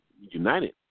United